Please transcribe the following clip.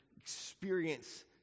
experience